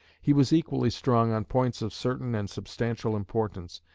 he was equally strong on points of certain and substantial importance,